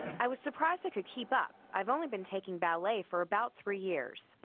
i was surprised i could keep up. i've only been taking ballet for about three years.